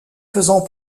faisant